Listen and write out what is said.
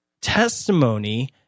testimony